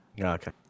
Okay